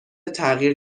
تغییر